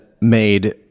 made